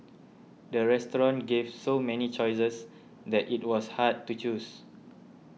the restaurant gave so many choices that it was hard to choose